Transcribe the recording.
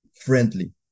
friendly